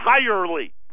entirely